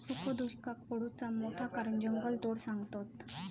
सुखो दुष्काक पडुचा मोठा कारण जंगलतोड सांगतत